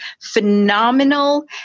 phenomenal